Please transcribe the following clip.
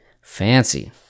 Fancy